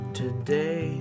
today